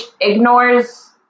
ignores